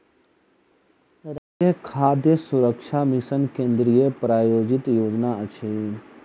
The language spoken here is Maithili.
राष्ट्रीय खाद्य सुरक्षा मिशन केंद्रीय प्रायोजित योजना अछि